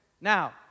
Now